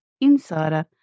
Insider